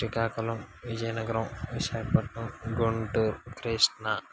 Srikakulam Vizianagaram Visakhapatnam Guntur Krishna